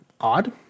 odd